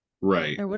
Right